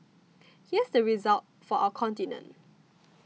here's the result for our continent